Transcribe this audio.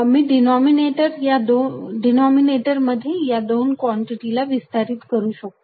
मी डेनॉमिनेटरमध्ये या दोन कॉन्टिटीला विस्तारित करू शकतो